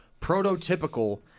prototypical